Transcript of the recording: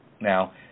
Now